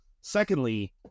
Secondly